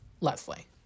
Leslie